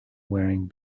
wearing